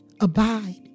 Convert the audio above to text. abide